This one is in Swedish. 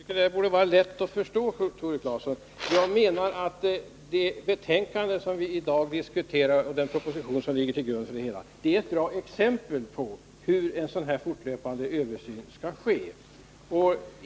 Herr talman! Det borde vara lätt att förstå för Tore Claeson. Jag menar att det betänkande som vi i dag diskuterar och den proposition som ligger till grund för det är ett bra exempel på hur en sådan här fortlöpande översyn skall ske.